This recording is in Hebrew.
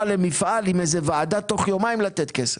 למפעל עם ועדה ותוך יומיים לתת כסף.